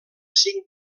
cinc